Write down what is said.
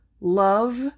love